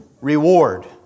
reward